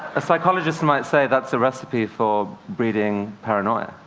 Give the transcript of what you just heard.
a psychologist might say that's a recipe for breeding paranoia.